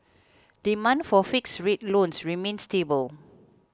demand for fixed rate loans remains stable